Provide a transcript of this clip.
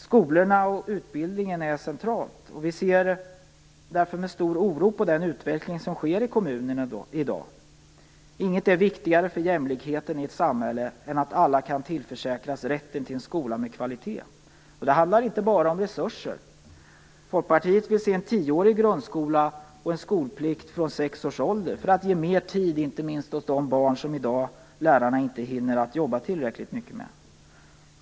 Skolor och utbildning är centralt. Vi ser därför med stor oro på den utveckling som sker i kommunerna i dag. Inget är viktigare för jämlikheten i ett samhälle än att alla kan tillförsäkras rätten till en skola med kvalitet, och då handlar det inte bara om resurser. Folkpartiet vill se en tioårig grundskola och skolplikt från sex års ålder. Det skulle ge mer tid åt de barn som lärarna i dag inte hinner jobba tillräckligt mycket med.